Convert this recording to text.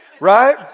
right